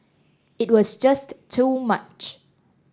it was just too much